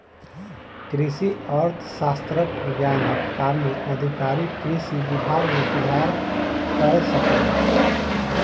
कृषि अर्थशास्त्रक ज्ञानक कारणेँ अधिकारी कृषि विभाग मे सुधार कय सकला